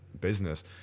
business